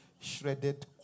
shredded